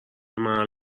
محل